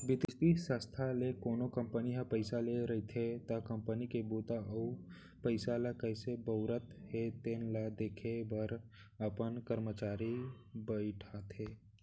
बित्तीय संस्था ले कोनो कंपनी ह पइसा ले रहिथे त कंपनी के बूता अउ पइसा ल कइसे बउरत हे तेन ल देखे बर अपन करमचारी बइठाथे